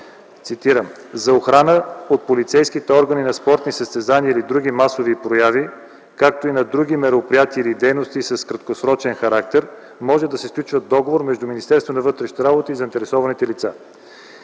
„За охрана от полицейските органи на спортни състезания или други масови прояви, както и на други мероприятия или дейности с краткосрочен характер, може да се сключва договор между Министерството на вътрешните работи и заинтересованите лица.